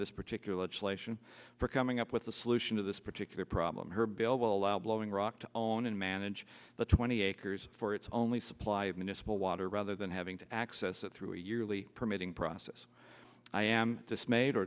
this particular legislation for coming up with a solution to this particular problem her bill will allow blowing rock to own and manage the twenty acres for its only supply of municipal water rather than having to access it through a yearly permitting process i am dismayed or